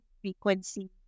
frequency